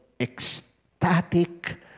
ecstatic